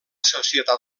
societat